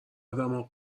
دماغ